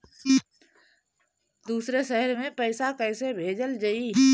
दूसरे शहर में पइसा कईसे भेजल जयी?